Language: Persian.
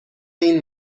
این